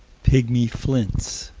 pigmy flints.